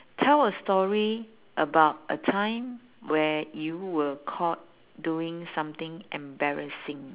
tell a story about a time where you were caught doing something embarrassing